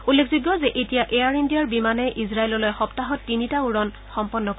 উল্লেখযোগ্য যে এতিয়া এয়াৰ ইণ্ডিয়াৰ বিমানে ইজৰাইললৈ সপ্তাহত তিনিটা উৰণ সম্পন্ন কৰিব